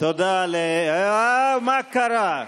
תודה, מה קרה?